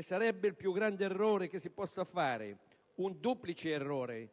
Sarebbe il più grande errore che si possa fare, un duplice errore: